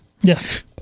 Yes